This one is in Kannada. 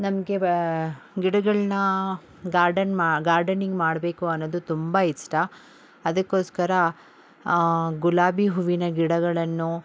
ನಮಗೆ ಗಿಡಗಳನ್ನು ಗಾರ್ಡನ್ ಮಾ ಗಾರ್ಡನಿಂಗ್ ಮಾಡಬೇಕು ಅನ್ನೋದು ತುಂಬ ಇಷ್ಟ ಅದಕ್ಕೋಸ್ಕರ ಗುಲಾಬಿ ಹೂವಿನ ಗಿಡಗಳನ್ನು